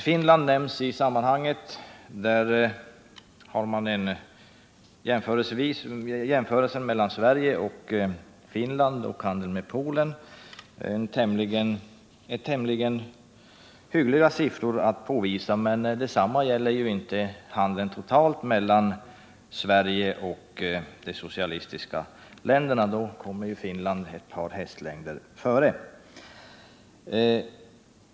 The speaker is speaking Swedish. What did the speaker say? Vid en jämförelse mellan Sverige och Finland i fråga om handeln med Polen kan Sverige redovisa siffror som är tämligen hyggliga, men detsamma gäller ju inte beträffande den totala handeln med de socialistiska länderna. Vid en sådan jämförelse kommer Finland ett par hästlängder före.